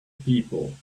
people